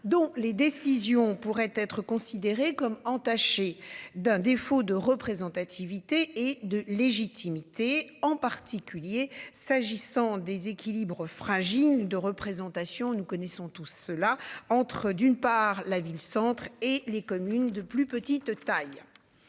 dont les décisions pourraient être considérée comme entâchée d'un défaut de représentativité et de légitimité en particulier s'agissant des équilibres fragiles de représentation, nous connaissons tous cela entre d'une part la ville centre et les communes de plus petite taille.